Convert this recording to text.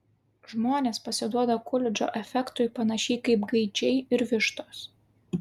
žmonės pasiduoda kulidžo efektui panašiai kaip gaidžiai ir vištos